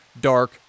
dark